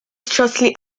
shortly